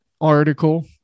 article